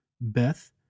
Beth